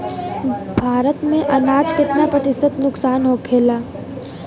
भारत में अनाज कितना प्रतिशत नुकसान होखेला?